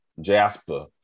Jasper